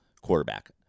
quarterback